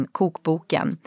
kokboken